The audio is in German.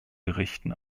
berichten